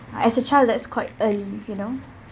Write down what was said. uh as a child that's quite early you know